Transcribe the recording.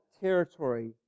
territory